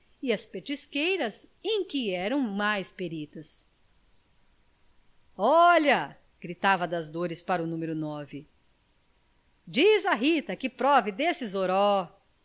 as petisqueiras em que eram mais peritas olha gritava a das dores para o numero nove diz à rita que prove